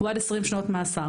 הוא עד 20 שנות מאסר,